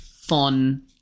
fun